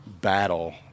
battle